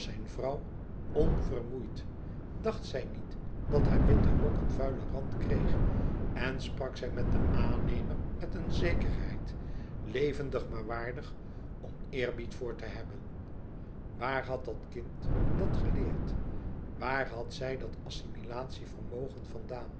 vrouw onvermoeid dacht zij niet dat haar witte rok een vuilen rand kreeg en sprak zij met den aannemer met een zekerheid levendig maar waardig om eerbied voor te hebben waar had dat kind dat geleerd waar had zij haar assimilatie vermogen vandaan